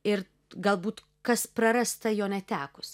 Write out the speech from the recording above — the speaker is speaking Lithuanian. ir galbūt kas prarasta jo netekus